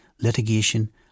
litigation